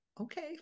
okay